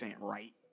right